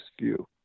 view